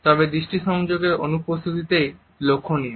তবে দৃষ্টি সংযোগের অনুপস্থিতিতেই লক্ষণীয়